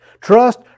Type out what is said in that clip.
Trust